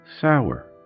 sour